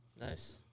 Nice